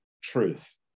truth